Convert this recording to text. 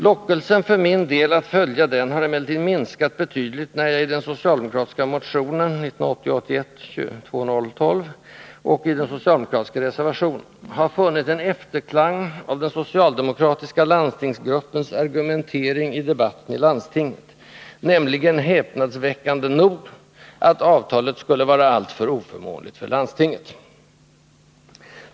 Lockelsen för min del att följa den har emellertid minskat betydligt när jag i den socialdemokratiska motionen 1980/81:2012 och i reservationen har funnit en efterklang av den socialdemokratiska landstingsgruppens argumentering i debatten i landstinget, nämligen — häpnadsväckande nog! — att avtalet skulle vara alltför oförmånligt för landstinget.